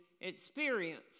experience